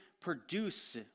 produce